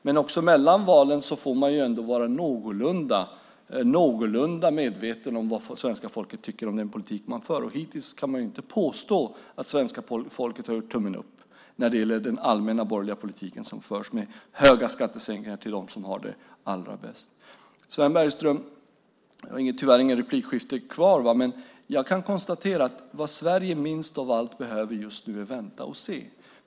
Men också mellan valen får man vara någorlunda medveten om vad svenska folket tycker om den politik man för. Hittills kan man inte påstå att svenska folket har gjort tummen upp för den allmänna borgerliga politiken som förs med stora skattesänkningar för dem som har det allra bäst. Sven Bergström har tyvärr ingen replik kvar. Men jag kan konstatera att vad Sverige minst av allt behöver just nu är att vänta och se.